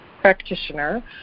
practitioner